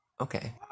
Okay